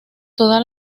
toda